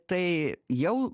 tai jau